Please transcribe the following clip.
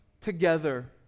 together